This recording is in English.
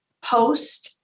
post